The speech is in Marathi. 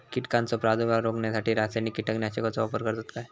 कीटकांचो प्रादुर्भाव रोखण्यासाठी रासायनिक कीटकनाशकाचो वापर करतत काय?